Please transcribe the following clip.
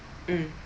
mm